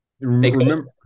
Remember